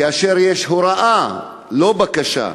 כאשר יש הוראה, לא בקשה,